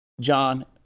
John